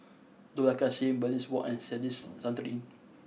Dollah Kassim Bernice Wong and Denis Santry